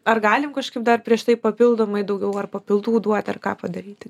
ar galim kažkaip dar prieš tai papildomai daugiau ar papildų duot ar ką padaryti